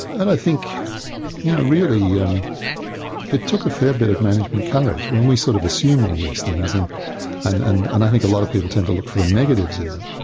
and i think you know really yeah um it took a fair bit of management courage. when we sort of assume all these things and and and and i think a lot of people tend to look for the negatives in them,